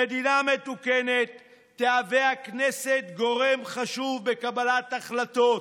במדינה מתוקנת תהווה הכנסת גורם חשוב בקבלת החלטות,